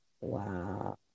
Wow